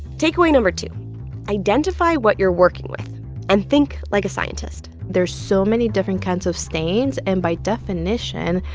takeaway no. two identify what you're working with and think like a scientist there's so many different kinds of stains, and by definition,